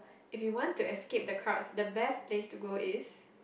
if you want to escape the crowds the best place to go is